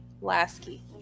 Lasky